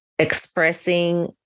expressing